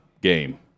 game